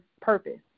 purpose